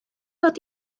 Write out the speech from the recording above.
mod